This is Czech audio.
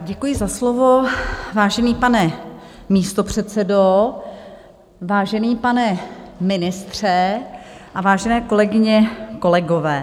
Děkuji za slovo, vážený pane místopředsedo, vážený pane ministře a vážené kolegyně kolegové.